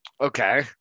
Okay